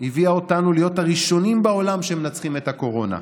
הביאה אותנו להיות הראשונים בעולם שמנצחים את הקורונה.